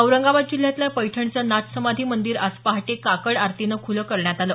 औरंगाबाद जिल्ह्यातल्या पैठणचं नाथसमाधी मंदिर आज पहाटे काकड आरतीनं ख्रलं करण्यात आलं